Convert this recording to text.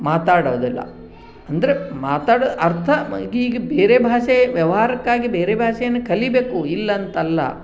ಮಾತಾಡೋದಿಲ್ಲ ಅಂದರೆ ಮಾತಾಡೋ ಅರ್ಥ ಈಗ ಬೇರೆ ಭಾಷೆ ವ್ಯವಹಾರಕ್ಕಾಗಿ ಬೇರೆ ಭಾಷೆಯನ್ನು ಕಲಿಬೇಕು ಇಲ್ಲ ಅಂತಲ್ಲ